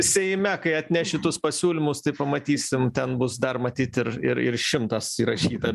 seime kai atneš šitus pasiūlymus tai pamatysim ten bus dar matyt ir ir ir šimtas įrašyta